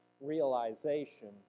realization